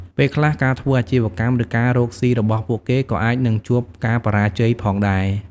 ពេលខ្លះ ការធ្វើអាជីវកម្ម ឬការរកស៊ីរបស់ពួកគេក៏អាចនឹងជួបការបរាជ័យផងដែរ។